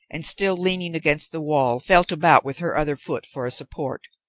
and still leaning against the wall felt about with her other foot for a support.